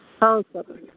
ಹೌದು ಸರ್